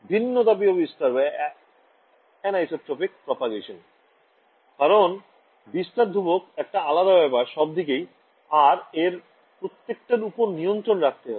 ভিন্নতাপীয় বিস্তার কারণ বিস্তার ধ্রূবক একটা আলাদা ব্যাপার সবদিকেই আর এর প্রত্যেকটার ওপরেই নিয়ন্ত্রণ রাখতে হবে